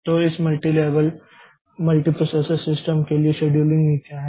तो इस multilevel multiprocessor system के लिए शेड्यूलिंग नीतियां हैं